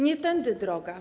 Nie tędy droga.